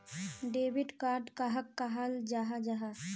Debit card कहाक कहाल जाहा जाहा?